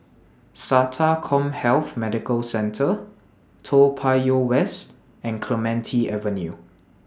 Sata Commhealth Medical Centre Toa Payoh West and Clementi Avenue